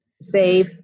save